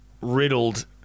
riddled